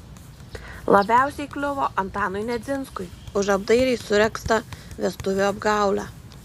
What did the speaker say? labiausiai kliuvo antanui nedzinskui už apdairiai suregztą vestuvių apgaulę